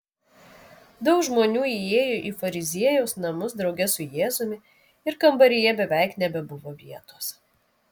daug žmonių įėjo į fariziejaus namus drauge su jėzumi ir kambaryje beveik nebebuvo vietos